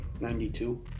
92